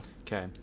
okay